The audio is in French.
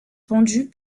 pendus